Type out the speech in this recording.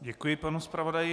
Děkuji panu zpravodaji.